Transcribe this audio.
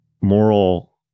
moral